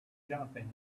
jumping